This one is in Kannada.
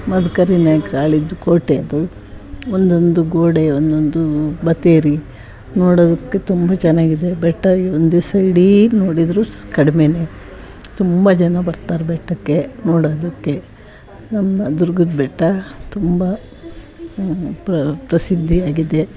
ಮದಕರಿ ನಾಯಕ್ರು ಆಳಿದ್ದ ಕೋಟೆ ಅದು ಒಂದೊಂದು ಗೋಡೆ ಒಂದೊಂದು ಬತೇರಿ ನೋಡೋದಕ್ಕೆ ತುಂಬ ಚೆನ್ನಾಗಿದೆ ಬೆಟ್ಟ ಒಂದು ದಿವ್ಸ ಇಡೀ ನೋಡಿದರೂ ಸ್ ಕಡಿಮೆನೇ ತುಂಬ ಜನ ಬರ್ತಾರೆ ಬೆಟ್ಟಕ್ಕೆ ನೋಡೋದಕ್ಕೆ ನಮ್ಮ ದುರ್ಗದ ಬೆಟ್ಟ ತುಂಬ ಪ್ರಸಿದ್ಧಿ ಆಗಿದೆ